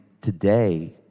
today